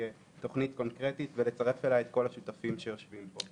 תכנית קונקרטית ולצרף אליה את כל השותפים שיושבים פה.